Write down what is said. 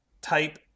type